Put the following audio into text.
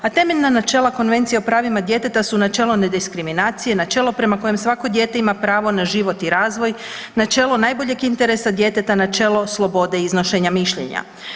A temeljna načela Konvencije o pravima djeteta su načelo nediskriminacije, načelo prema kojem svako dijete ima pravo na život i razvoj, načelo najboljeg interesa djeteta, načelo slobode iznošenja mišljenja.